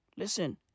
Listen